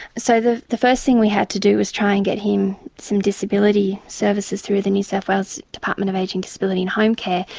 so the the first thing we had to do was try and get him some disability services through the new south wales department of ageing, disability and home care.